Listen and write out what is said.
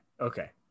okay